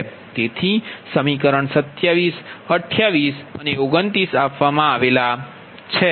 તેથી આ સમીકરણ 27 28 અને 29 છે